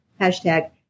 hashtag